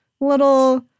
Little